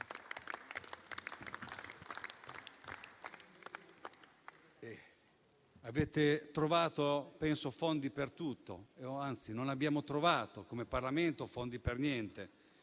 Avete trovato fondi per tutto; anzi, non abbiamo trovato come Parlamento fondi per niente,